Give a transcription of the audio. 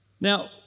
Now